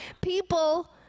people